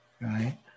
right